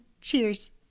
Cheers